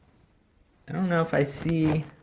i don't know if i see.